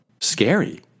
scary